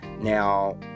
now